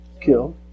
Kill